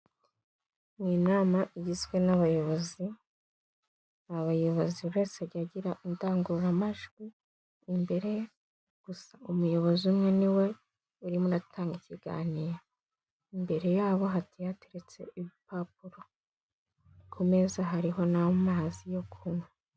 Ni inama igizwe n'abayobozi. Abayobozi buri wese ajya agira indangururamajwi imbere, gusa umuyobozi umwe niwe uri mo uratanga ikiganiro. Imbere yabo hagiye hateretse ibipapuro ku meza hariho n' amazi yo kunywa.